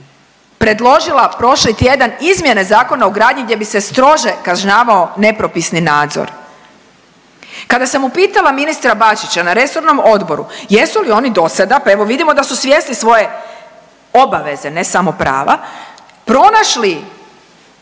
predložila prošli tjedan izmjene Zakona o gradnji gdje bi se strože kažnjavao nepropisni nadzor. Kada sam upitala ministra Bačića na resornom odboru jesu li oni do sada, pa evo, vidimo da su svjesni svoje obaveze, ne samo prava, pronašli